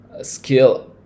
skill